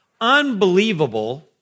unbelievable